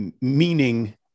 meaning